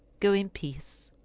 go in peace.